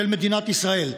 של מדינת ישראל.